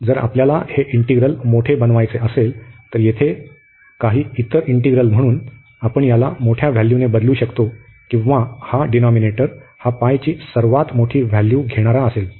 तर जर आपल्याला हे इंटिग्रल मोठे बनवायचे असेल तर येथे काही इतर इंटिग्रल म्हणून आपण याला मोठ्या व्हॅल्यूने बदलू शकतो किंवा हा डिनॉमिनेटर हा π ची सर्वात मोठी व्हॅल्यू घेणारा असेल